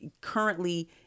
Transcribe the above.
currently